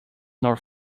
nor